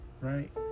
right